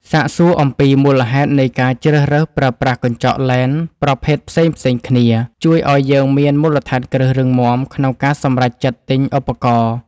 សាកសួរអំពីមូលហេតុនៃការជ្រើសរើសប្រើប្រាស់កញ្ចក់លែនប្រភេទផ្សេងៗគ្នាជួយឱ្យយើងមានមូលដ្ឋានគ្រឹះរឹងមាំក្នុងការសម្រេចចិត្តទិញឧបករណ៍។